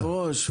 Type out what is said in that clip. היושב-ראש,